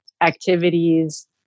activities